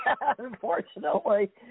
Unfortunately